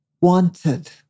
wanted